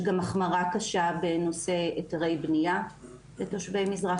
יש גם החמרה קשה בנושא היתרי בניה לתושבי מזרח